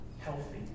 healthy